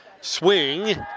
Swing